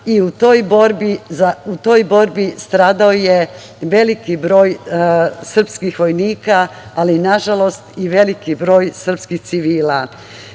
i u toj borbi stradao je veliki broj srpskih vojnika, ali nažalost i veliki broj srpski civila. Moram